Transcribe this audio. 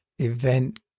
event